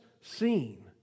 seen